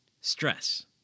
Stress